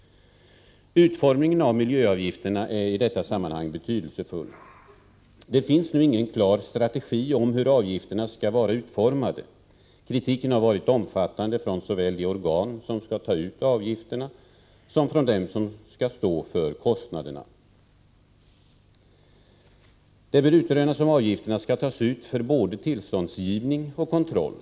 Utformningen av miljöavgifterna är i detta sammanhang betydelsefull. Det finns nu ingen klar strategi för hur avgifterna skall vara utformade. Kritiken har varit omfattande såväl från de organ som skall ta ut avgifterna som från dem som skall stå för kostnaderna. Det bör utrönas om avgifter skall tas ut för både tillståndsgivning och kontroll.